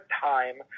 time